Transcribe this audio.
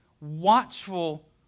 watchful